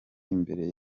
imbere